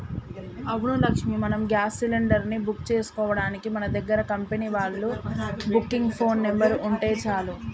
అవును లక్ష్మి మనం gas cylinder ని బుక్ చేసుకోవడానికి మన దగ్గర కంపెనీ వాళ్ళ బుకింగ్ ఫోన్ నెంబర్ ఉంటే చాలు